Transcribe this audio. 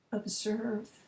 observe